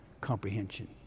comprehension